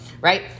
Right